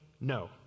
no